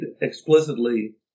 explicitly